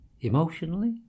emotionally